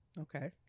Okay